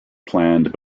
planned